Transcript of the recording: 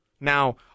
Now